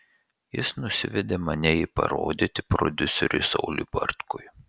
jis nusivedė mane į parodyti prodiuseriui sauliui bartkui